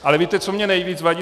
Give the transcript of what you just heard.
Ale víte, co mně nejvíc vadí?